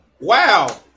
Wow